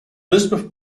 elizabeth